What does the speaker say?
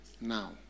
now